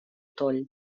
toll